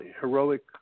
heroic